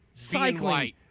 Cycling